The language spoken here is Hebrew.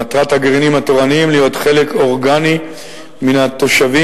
מטרת הגרעינים התורניים להיות חלק אורגני מן התושבים